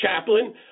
chaplain